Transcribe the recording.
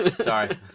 Sorry